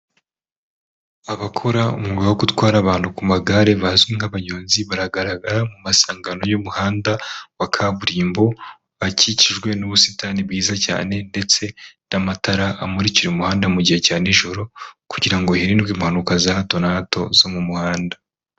Abakora umwuga wo gutwara abantu ku magare bazwi nk'abanyonzi baragaragara mu masangano y'umuhanda wa kaburimbo bakikijwe n'ubusitani bwiza cyane ndetse n'amatara amurikira umuhanda mu gihe cya n’ijoro kugira hirindwe impanuka za hato na hato zo mu muhanda.